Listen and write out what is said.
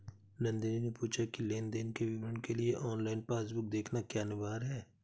नंदनी ने पूछा की लेन देन के विवरण के लिए ऑनलाइन पासबुक देखना क्या अनिवार्य है?